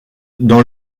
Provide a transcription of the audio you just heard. dans